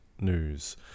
news